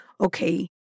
okay